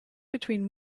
between